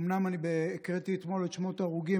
אומנם הקראתי אתמול את שמות ההרוגים,